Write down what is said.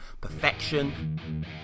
perfection